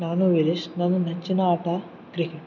ನಾನು ವೀರೇಶ್ ನನ್ನ ನೆಚ್ಚಿನ ಆಟ ಕ್ರಿಕೆಟ್